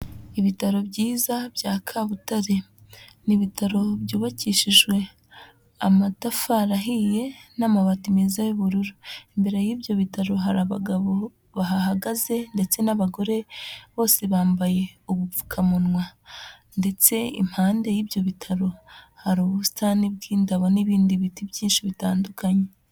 Ibitaro byiza bya Kabutare, ni ibitaro byubakishijwe amatafari ahiye n'amabati meza y'ubururu, imbere y'ibyo bitaro hari abagabo bahahagaze ndetse n'abagore, bose bambaye ubupfukamunwa ndetse impande y'ibyo bitaro hari ubusitani bw'indabo n'ibindi biti byinshi bitandukanye.